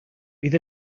bydd